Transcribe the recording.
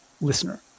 listener